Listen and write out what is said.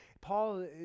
Paul